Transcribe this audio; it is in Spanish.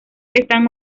están